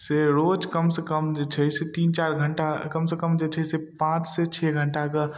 से रोज कम सँ कम जे छै से तीन चारि घण्टा कम सँ कम जे छै से पाँच सँ छओ घण्टा कऽ